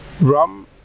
Rum